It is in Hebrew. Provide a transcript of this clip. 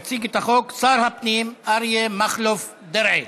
התשע"ח 2017. יציג את החוק שר הפנים אריה מכלוף דרעי.